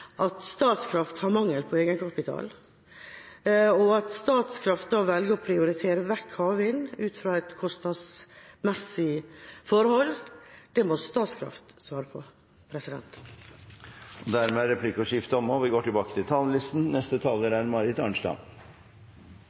har mangel på egenkapital. At Statkraft velger å prioritere vekk havvind ut fra et kostnadsmessig forhold, må Statkraft svare på. Dermed er replikkordskiftet omme. Jeg tror vi alle kjenner på at klima- og miljøpolitikken er